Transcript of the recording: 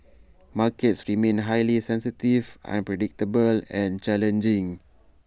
markets remain highly sensitive unpredictable and challenging